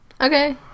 Okay